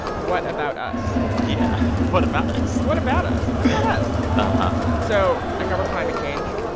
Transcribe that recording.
what about us? yeah, what about us what about us? what about us? uh-huh so i cover climate change.